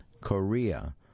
Korea